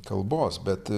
kalbos bet